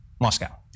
Moscow